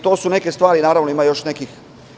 To su neke stvari, ali naravno, ima još nekih.